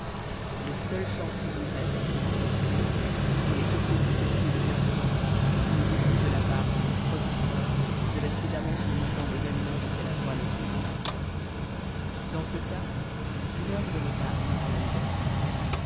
les seules chances qui lui restent pour en sortir sans les secours du comité de bienfaisance ou l'oubli de la part du producteur de verser d'avance le montant des alimens auquel a droit le consommateur dans ce cas une heure de retard lui rend la liberté